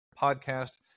podcast